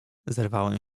zerwałem